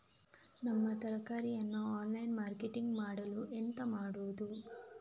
ನಮ್ಮ ತರಕಾರಿಯನ್ನು online marketing ಮಾಡಲು ಎಂತ ಮಾಡುದು?